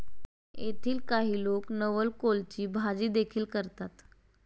येथील काही लोक नवलकोलची भाजीदेखील करतात